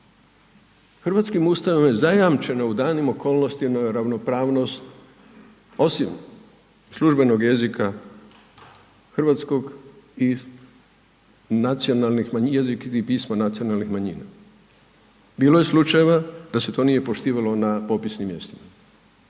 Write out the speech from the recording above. Hrvatskim Ustavom je zajamčeno u danim okolnostima ravnopravnost osim službenog jezika hrvatskog i pisma nacionalnih manjina. Bilo je slučajeva da se to nije poštivalo na popisnim mjestima.